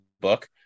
book